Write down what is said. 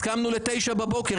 הסכמנו לתשע בבוקר,